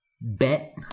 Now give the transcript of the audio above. bet